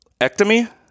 ectomy